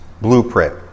Blueprint